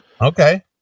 Okay